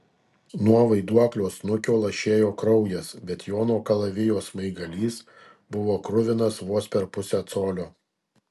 nuo vaiduoklio snukio lašėjo kraujas bet jono kalavijo smaigalys buvo kruvinas vos per pusę colio